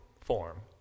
form